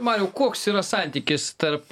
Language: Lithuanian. mariau koks yra santykis tarp